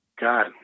God